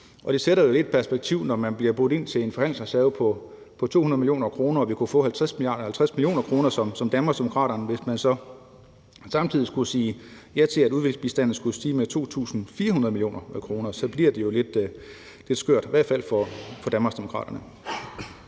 Det sætter det jo lidt i perspektiv, når man bliver budt ind til en forhandlingsreserve på 200 mio. kr. og vi kunne få 50 mio. kr. som danmarksdemokrater, hvis vi så samtidig sagde ja til, at udviklingsbistanden skulle stige med 2,4 mia. kr. Så bliver det jo lidt skørt, i hvert fald for Danmarksdemokraterne.